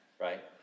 right